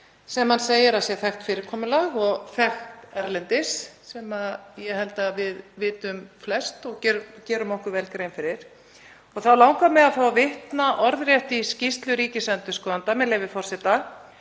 sem hann segir að sé þekkt fyrirkomulag og þekkt erlendis, sem ég held að við vitum flest og gerum okkur vel grein fyrir. Þá langar mig að fá að vitna orðrétt í skýrslu ríkisendurskoðanda, með leyfi forseta: